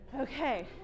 Okay